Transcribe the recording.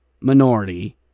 minority